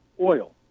oil